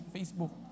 Facebook